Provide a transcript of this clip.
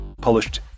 published